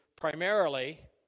primarily